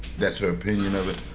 that's her opinion of it.